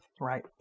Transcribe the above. Right